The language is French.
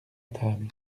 table